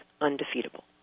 undefeatable